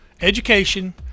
education